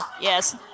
Yes